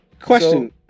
Question